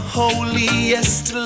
holiest